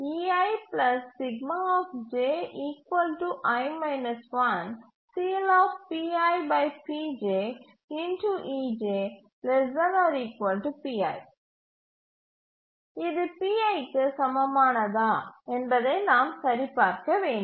இது pi க்கு சமமானதா என்பதை நாம் சரிபார்க்க வேண்டும்